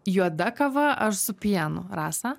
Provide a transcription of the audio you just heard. juoda kava ar su pienu rasa